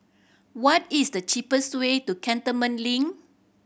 what is the cheapest way to Cantonment Link